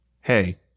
Hey